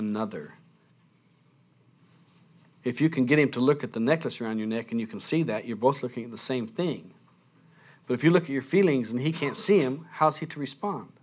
another if you can get him to look at the necklace around your neck and you can see that you're both looking at the same thing but if you look at your feelings and he can't see him how is he to respond